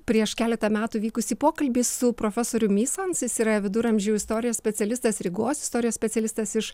prieš keletą metų vykusį pokalbį su profesoriumi ysans yra viduramžių istorijos specialistas rygos istorijos specialistas iš